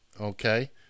okay